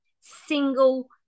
single